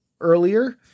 earlier